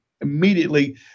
immediately